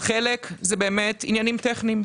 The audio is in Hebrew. חלק זה באמת עניינים טכניים,